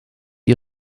mit